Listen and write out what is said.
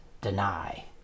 deny